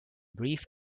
brief